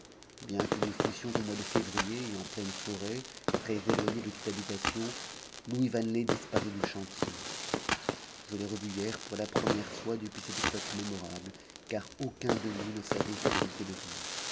bien que nous fussions au mois de février et en pleine forêt très éloignés de toute habitation louis vanelet disparut du chantier je l'ai revu hier pour la première fois depuis cette époque mémorable car aucun de nous ne savait ce qu'il était devenu